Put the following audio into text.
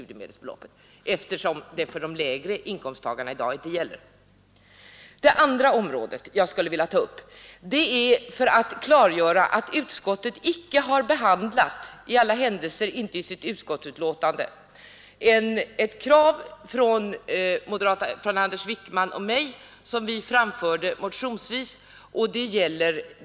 Det andra området som jag vill ta upp — utskottet har icke behandlat det, i alla händelser icke i sitt betänkande — är ett krav som Anders Wijkman och jag framfört motionsvägen.